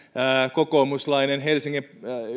kokoomuslainen helsingin